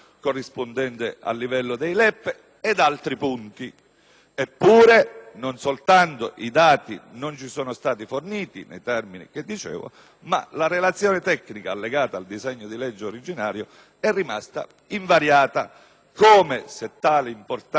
Eppure, non soltanto non ci sono stati forniti i dati nei termini evidenziati, ma la relazione tecnica allegata al disegno di legge originario è rimasta invariata, come se tali importanti e sostanziali modificazioni fossero neutrali